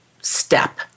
step